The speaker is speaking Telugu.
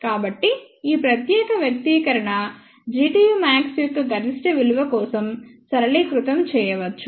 కాబట్టి ఈ ప్రత్యేక వ్యక్తీకరణ Gtu max యొక్క గరిష్ట విలువ కోసం సరళీకృతం చేయవచ్చు